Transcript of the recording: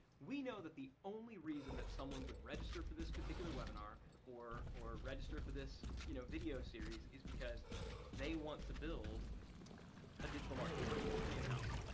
we know that the only reason that someone would register for this particular webinar or or register for this you know video series is because they want to build a digital marketing team in-house.